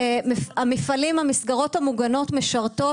המסגרות המוגנות משרתים